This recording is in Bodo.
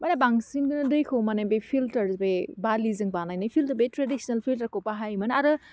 माने बांसिनखौनो दैखौ माने बे फिल्टार बे बालिजों बानायनाय फिल्टार बे ट्रेदिसेनेल फिल्टारखौ बाहायोमोन आरो